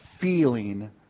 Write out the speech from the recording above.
feeling